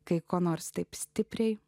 kai ko nors taip stipriai